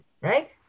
right